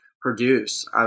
produce